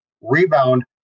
rebound